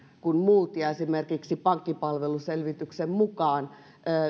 kuin muut esimerkiksi pankkipalveluselvityksen mukaan